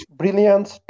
brilliance